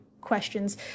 questions